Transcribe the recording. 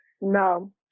No